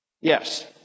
Yes